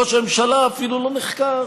ראש הממשלה אפילו לא נחקר.